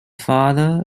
father